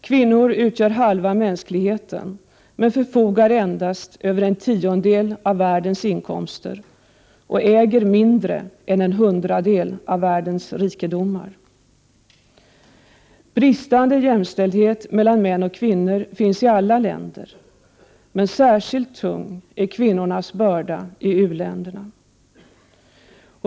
Kvinnor utgör halva mänskligheten, men de förfogar endast över en tiondel av världens inkomster och de äger mindre än en hundradel av världens rikedomar. Bristande jämställdhet mellan män och kvinnor finns i alla länder, men särskilt tung är kvinnornas börda i u-länderna.